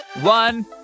one